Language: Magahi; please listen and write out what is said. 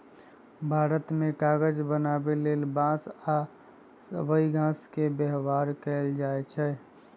भारत मे कागज बनाबे लेल बांस आ सबइ घास के व्यवहार कएल जाइछइ